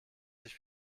sich